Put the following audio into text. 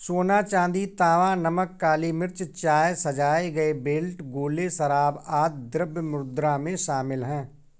सोना, चांदी, तांबा, नमक, काली मिर्च, चाय, सजाए गए बेल्ट, गोले, शराब, आदि द्रव्य मुद्रा में शामिल हैं